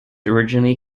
originally